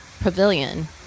pavilion